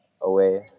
away